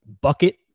bucket